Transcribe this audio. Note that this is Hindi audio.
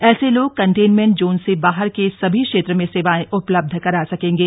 ऐसे लोग कंटेन्मेन्ट जोन से बाहर के सभी क्षेत्रों में सेवाएं उपलब्ध करा सकेंगे